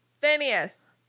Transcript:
Phineas